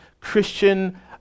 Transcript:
Christian